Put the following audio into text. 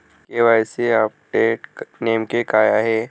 KYC update नेमके काय आहे?